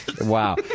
wow